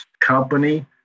company